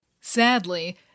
Sadly